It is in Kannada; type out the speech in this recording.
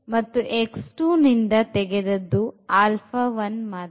x2 ನಿಂದ alpha 1 ಮಾತ್ರ